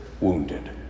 wounded